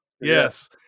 yes